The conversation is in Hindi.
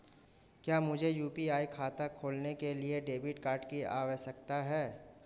क्या मुझे यू.पी.आई खाता खोलने के लिए डेबिट कार्ड की आवश्यकता है?